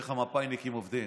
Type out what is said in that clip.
תראו איך המפא"יניקים עובדים.